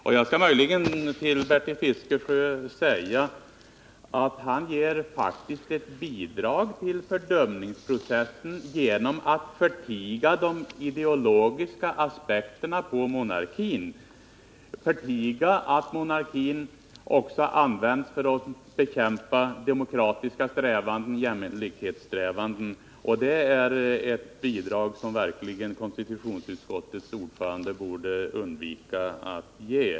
Och Bertil Fiskesjö ger faktiskt ett bidrag till fördumningsprocessen genom att' förtiga de ideologiska aspekterna på monarkin, genom att förtiga att monarkin också används för att bekämpa strävanden efter demokrati och jämlikhet. Det är ett bidrag som konstitutionsutskottets ordförande verkligen borde undvika att ge.